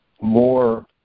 more